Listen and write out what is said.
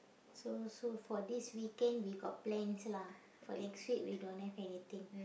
so so for this weekend we got plans lah for next week we don't have anything